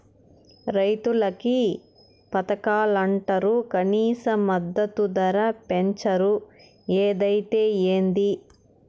రైతులకి పథకాలంటరు కనీస మద్దతు ధర పెంచరు ఏదైతే ఏంది